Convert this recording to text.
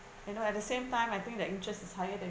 you know at the same time I think the interest is higher than